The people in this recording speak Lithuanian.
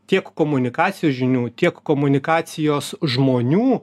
tiek komunikacijos žinių tiek komunikacijos žmonių